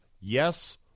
Yes